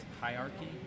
hierarchy